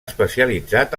especialitzat